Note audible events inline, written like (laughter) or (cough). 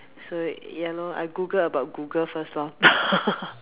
so ya lor I Google about Google first lor (laughs)